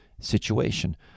situation